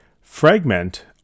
fragment